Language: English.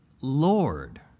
Lord